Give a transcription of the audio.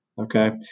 okay